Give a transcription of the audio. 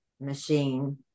machine